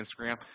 Instagram